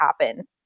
happen